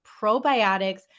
probiotics